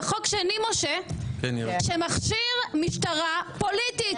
וחוק שני שמכשיר משטרה פוליטית.